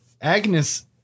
Agnes